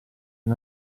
nel